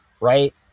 Right